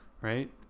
Right